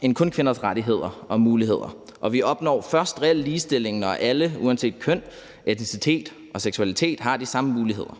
end kun kvinders rettigheder og muligheder, og vi opnår først reel ligestilling, når alle uanset køn, etnicitet og seksualitet har de samme muligheder.